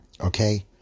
Okay